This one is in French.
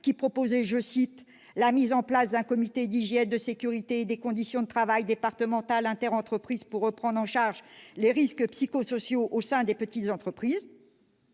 lequel préconisait « la mise en place d'un comité d'hygiène, de sécurité et des conditions de travail départemental interentreprises pour prendre en charge les risques psychosociaux au sein des petites entreprises ».